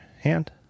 hand